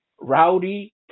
Rowdy